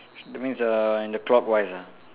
that means uh in the clockwise ah